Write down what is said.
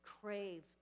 crave